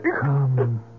Come